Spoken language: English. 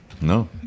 No